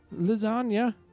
Lasagna